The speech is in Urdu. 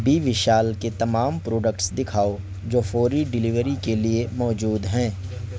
بی وشال کے تمام پروڈکٹس دکھاؤ جو فوری ڈلیوری کے لیے موجود ہیں